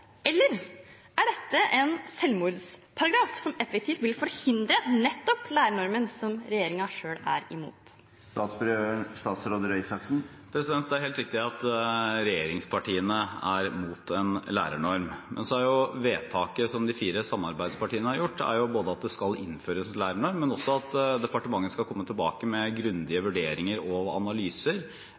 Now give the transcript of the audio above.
eller er dette en selvmordsparagraf som effektivt vil forhindre nettopp lærernormen som regjeringen selv er imot? Det er helt riktig at regjeringspartiene er imot en lærernorm. Men vedtaket som de fire samarbeidspartiene har gjort, er både at det skal innføres en lærernorm og at departementet skal komme tilbake med grundige vurderinger og analyser